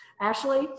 Ashley